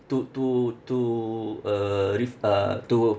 to to to uh ref~ uh to